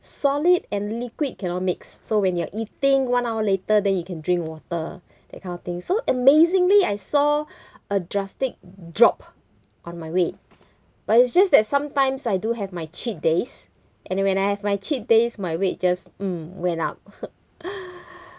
solid and liquid cannot mix so when you're eating one hour later then you can drink water that kind of thing so amazingly I saw a drastic drop on my weight but it's just that sometimes I do have my cheat days and when I have my cheat days my weight just mm went up